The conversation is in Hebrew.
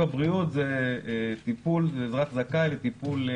על פי חוק הבריאות אזרח זכאי לטיפול